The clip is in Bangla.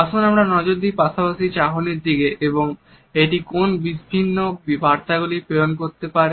আসুন আমরা নজর দিই পাশাপাশি চাহনির দিকে এবং এটি কোন বিভিন্ন বার্তাগুলি প্রেরণ করতে পারে